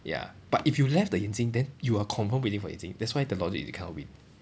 ya but if you left the 眼睛 then you are confirm waiting for 眼睛 that's why the logic is you cannot win